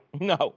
No